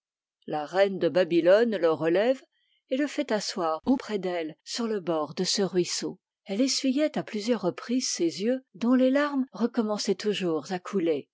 la reine de babylone le relève et le fait asseoir auprès d'elle sur le bord de ce ruisseau elle essuyait à plusieurs reprises ses yeux dont les larmes recommençaient toujours à couler